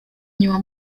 inyuma